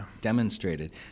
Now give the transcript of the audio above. demonstrated